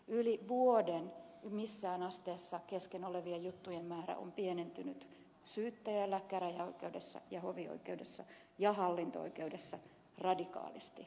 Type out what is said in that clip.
yli vuoden kesken olevien juttujen määrä on pienentynyt kaikissa asteissa syyttäjällä käräjäoikeudessa ja hovioikeudessa ja hallinto oikeudessa radikaalisti aivan selvästi